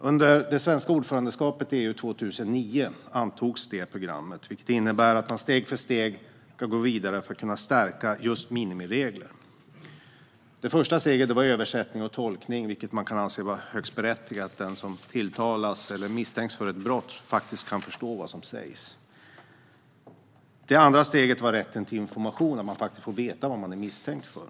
Under det svenska ordförandeskapet i EU 2009 antogs det programmet, vilket innebär att man steg för steg ska gå vidare för att kunna stärka minimiregler. Det första steget var översättning och tolkning. Man kan väl anse att det är högst berättigat att den som tilltalas eller misstänks för ett brott faktiskt kan förstå vad som sägs. Det andra steget var rätten till information - att faktiskt få veta vad man är misstänkt för.